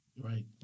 right